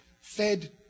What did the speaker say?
fed